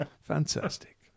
fantastic